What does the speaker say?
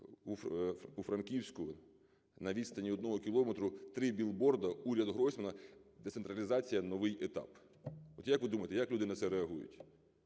У Франківську на відстані одного кілометра три білборди "Уряд Гройсмана – децентралізація, новий етап". Як ви думаєте, як люди на це реагують?